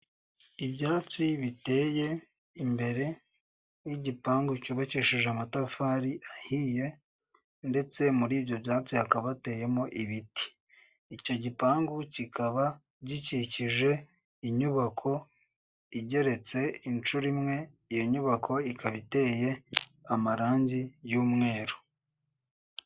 Ibyatsi biteye imbere y'igipangu cyubakishije amatafari ahiye, ndetse muri ibyo byatsi hakaba hateyemo ibiti. Icyo gipangu kikaba gikikije inyubako igeretsse inshuro imwe, iyo nyubako ikaba iteye amarangi y'umweru.